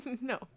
No